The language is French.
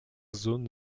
zone